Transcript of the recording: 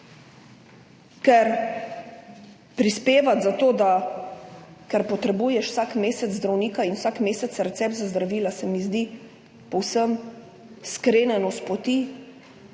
ker prispevati zato, ker potrebuješ vsak mesec zdravnika in vsak mesec recept za zdravila, se mi zdi povsem skrenjeno s poti